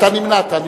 נמנעת.